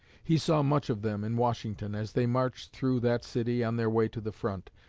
he saw much of them in washington, as they marched through that city on their way to the front,